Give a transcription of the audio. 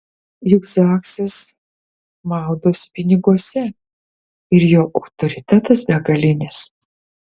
juk zaksas maudosi piniguose ir jo autoritetas begalinis